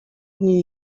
dni